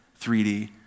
3D